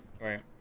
Right